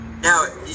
Now